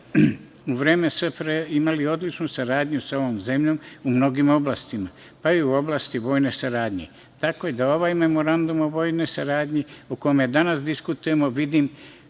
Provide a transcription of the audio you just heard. u vreme SFRJ imali odličnu saradnju sa ovom zemljom u mnogim oblastima, pa i u oblasti vojne saradnje, tako da i ovaj Memorandum o vojnoj saradnji o kome danas diskutujemo vidim